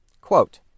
Quote